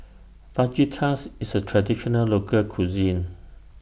Fajitas IS A Traditional Local Cuisine